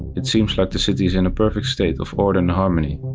it seems like the city is in a perfect state of order and harmony,